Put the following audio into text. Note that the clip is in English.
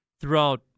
throughout